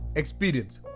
experience